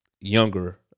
younger